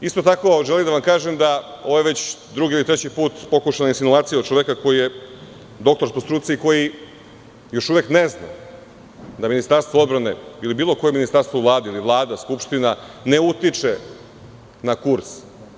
Isto tako želim da vam kažem da je ovo drugi ili treći put pokušaj insinuacije od čoveka koji je doktor po struci i koji još uvek ne zna da Ministarstvo odbrane ili bilo koje ministarstvo u Vladi ili Vlada ili Skupština ne utiče na kurs.